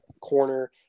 corner